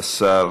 השר